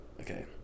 okay